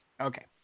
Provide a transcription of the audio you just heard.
Okay